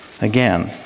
again